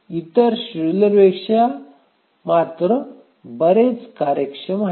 इतर शेड्युलर बरेच कार्यक्षम आहेत